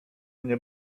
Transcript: mnie